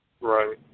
Right